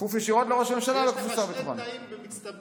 כפוף ישירות לראש הממשלה, יש לך שני תנאים במצטבר.